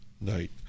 night